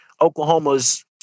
Oklahoma's